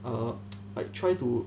err like try to